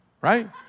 right